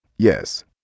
Yes